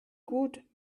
gut